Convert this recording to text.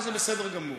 וזה בסדר גמור.